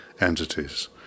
entities